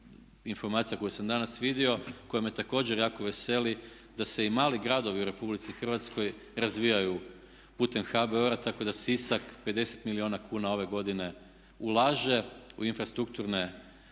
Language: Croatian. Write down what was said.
informacija koju sam danas vidio koja me također jako veseli da se i mali gradovi u Republici Hrvatskoj razvijaju putem HBOR-a, tako da Sisak 50 milijuna kuna ove godine ulaže u infrastrukturne